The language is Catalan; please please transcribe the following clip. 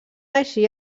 així